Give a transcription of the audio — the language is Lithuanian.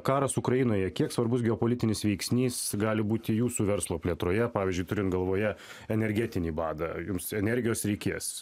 karas ukrainoje kiek svarbus geopolitinis veiksnys gali būti jūsų verslo plėtroje pavyzdžiui turint galvoje energetinį badą jums energijos reikės